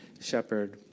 shepherd